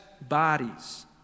bodies